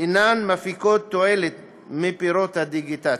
אינן מפיקות תועלת מפירות הדיגיטציה.